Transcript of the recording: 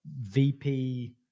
VP